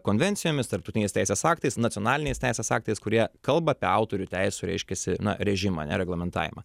konvencijomis tarptautiniais teisės aktais nacionaliniais teisės aktais kurie kalba apie autorių teisių reiškiasi režimą ne reglamentavimą